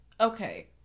Okay